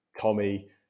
Tommy